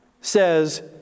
says